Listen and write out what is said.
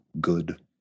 good